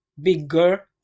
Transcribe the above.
bigger